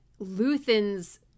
Luthen's